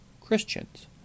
Christians